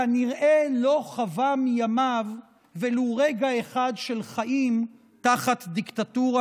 כנראה לא חווה מימיו ולו רגע אחד של חיים תחת דיקטטורה,